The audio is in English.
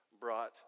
brought